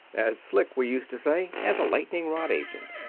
as slick, we used to say, as a lightning-rod agent.